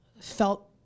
felt